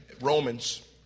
Romans